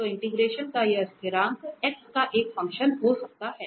तो इंटिग्रेशन का यह स्थिरांक x का एक फंक्शन हो सकता है